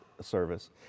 service